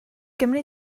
gymri